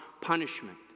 punishment